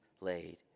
laid